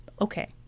Okay